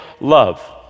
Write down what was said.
love